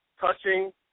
touching